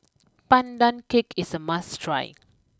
Pandan Cake is a must try